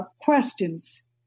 questions